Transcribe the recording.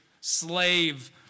slave